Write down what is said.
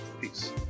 Peace